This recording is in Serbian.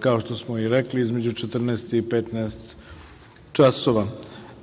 kao što smo i rekli, između 14.00 i 15.00 časova.